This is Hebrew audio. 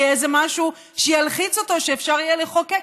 יהיה איזה משהו שילחיץ אותו שאפשר יהיה לחוקק.